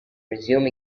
resume